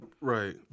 Right